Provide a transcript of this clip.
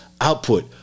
output